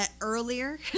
earlier